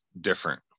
different